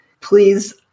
please